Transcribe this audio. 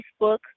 Facebook